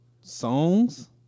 Songs